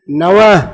नव